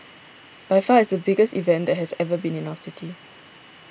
by far it's the biggest event that has ever been in our city